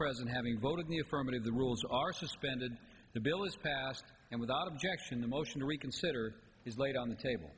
present having voted in the affirmative the rules are suspended the bill is passed and without objection the motion to reconsider is laid on the table